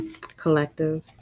collective